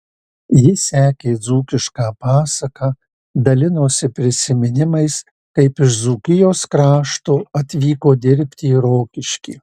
ji sekė dzūkišką pasaką dalinosi prisiminimais kaip iš dzūkijos krašto atvyko dirbti į rokiškį